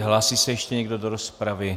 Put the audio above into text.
Hlásí se ještě někdo do rozpravy?